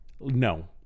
no